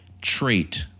trait